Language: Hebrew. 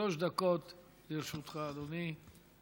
שלוש דקות לרשותך, אדוני.